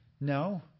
No